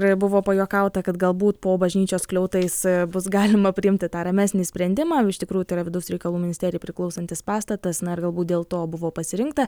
ir buvo pajuokauta kad galbūt po bažnyčios skliautais bus galima priimti tą ramesnį sprendimą iš tikrųjų tai yra vidaus reikalų ministerijai priklausantis pastatas na ir galbūt dėl to buvo pasirinkta